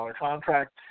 contract